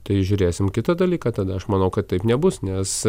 tai žiūrėsim kitą dalyką tada aš manau kad taip nebus nes